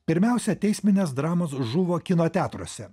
pirmiausia teisminės dramos žuvo kino teatruose